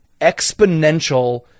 exponential